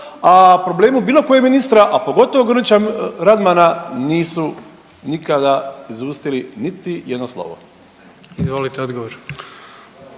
a problemu bilo kojeg ministara, a pogotovo Grlića Radmana nisu nikada izustili niti jedno slovo. **Jandroković,